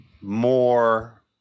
more